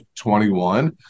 21